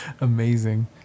Amazing